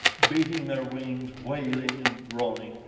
beating their wings, wailing and groaning,